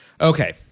Okay